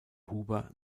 huber